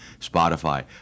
spotify